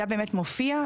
המידע מופיע.